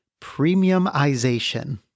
premiumization